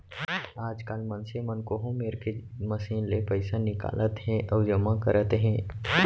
आजकाल मनसे मन कोहूँ मेर के मसीन ले पइसा निकालत हें अउ जमा करत हें